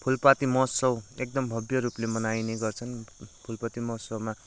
फुलपाती महोत्सव एकदम भव्य रूपले मनाइने गर्छन् फुलपाती महोत्सवमा